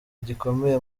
gikomeye